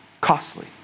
costly